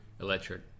Electric